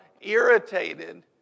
irritated